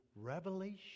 Revelation